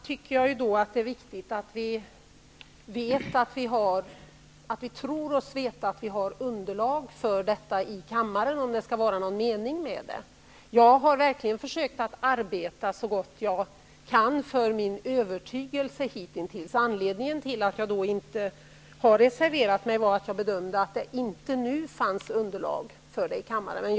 Herr talman! Först och främst tycker jag att det är viktigt att vi tror oss veta att vi har underlag för detta i kammaren, om det skall vara någon mening med det. Jag har verkligen försökt så gott jag har kunnat att arbeta för min övertygelse hitintills. Anledningen till att jag inte har reserverat mig är att jag bedömde att det inte nu fanns underlag för det i kammaren.